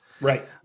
right